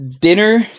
Dinner